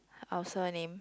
our surname